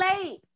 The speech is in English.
late